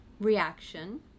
reaction